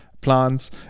plants